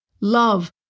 love